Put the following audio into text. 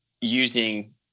using